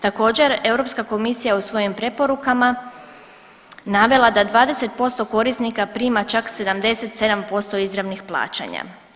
Također Europska komisija u svojim preporukama navela da 20% korisnika prima čak 77% izravnih plaćanja.